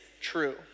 true